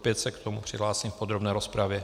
Opět se k tomu přihlásím v podrobné rozpravě.